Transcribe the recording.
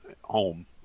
home